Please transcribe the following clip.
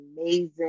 amazing